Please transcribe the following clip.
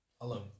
Alone